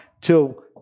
till